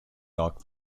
dark